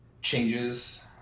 changes